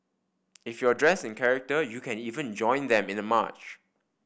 if you're dressed in character you can even join them in the march